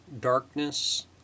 darkness